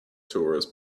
tourists